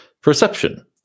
Perception